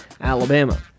Alabama